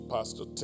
Pastor